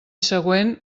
següent